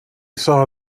saw